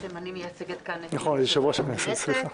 אני מייצגת כאן את יושב-ראש הכנסת.